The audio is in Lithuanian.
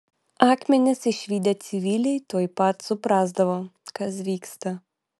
akmenis išvydę civiliai tuoj pat suprasdavo kas vyksta